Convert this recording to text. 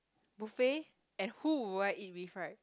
buffet and who would I eat with right